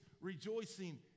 rejoicing